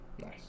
Nice